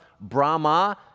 Brahma